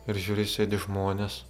ir žiūri sėdi žmonės